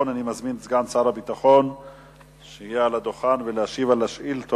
זצוק"ל, מוועדת הפנים והגנת הסביבה לוועדת